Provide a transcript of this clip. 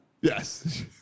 Yes